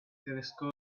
telescope